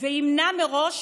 וימנע מראש